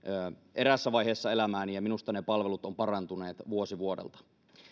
eräässä vaiheessa elämääni ja minusta ne palvelut ovat parantuneet vuosi vuodelta